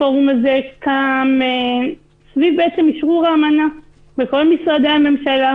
הפורום הזה קם סביב אשרור האמנה בכל משרדי הממשלה